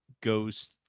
goes